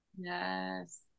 yes